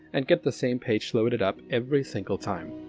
and get the same page loaded up every single time.